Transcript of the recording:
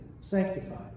sanctified